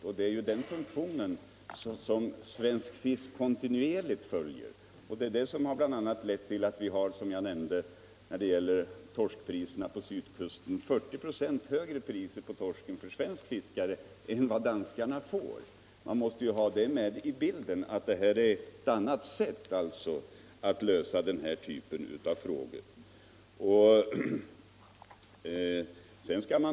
Det är ju den funktionen som Svensk fisk kontinuerligt fullgör, och det är detta som bl.a. lett till att vi — som jag nämnt — på sydkusten har ett pris på torsken som ligger 40 96 över vad danskarna får. Man måste ha med i bilden att detta är ett annat sätt att lösa den här typen av frågor.